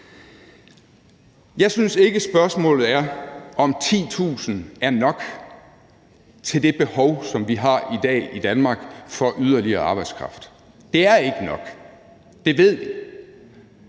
Jeg synes ikke, at spørgsmålet er, om 10.000 er nok til det behov, som vi har i dag i Danmark for yderligere arbejdskraft. Det er ikke nok, det ved vi.